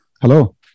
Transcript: Hello